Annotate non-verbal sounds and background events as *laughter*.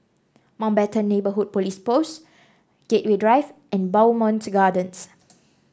Mountbatten Neighbourhood Police Post Gateway Drive and Bowmont Gardens *noise*